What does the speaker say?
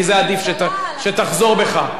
כי זה, עדיף שתחזור בך.